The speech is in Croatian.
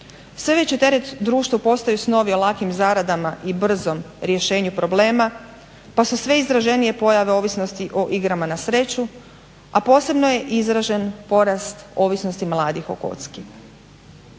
Sve veći teret društvu postaju snovi o lakim zaradama i brzom rješenju problema pa su sve izraženije pojave ovisnosti o igrama na sreću, a posebno je izražen porast ovisnosti mladih o kocki.